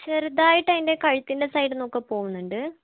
ചെറുതായിട്ട് അതിൻ്റെ കഴുത്തിൻ്റെ സൈഡിന്നൊക്കെ പോവുന്നുണ്ട്